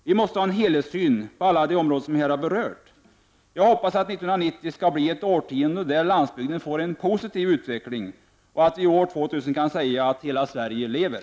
Vi måste ha helhetssyn på alla de områden som jag här har berört. Jag hoppas att 1990-tafet skall bli ett årtioende där landsbygden får en positiv utveckling och att vi år 2000 kan säga att hela Sverige lever.